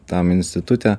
tam institute